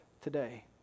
today